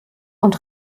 und